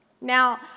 Now